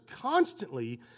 constantly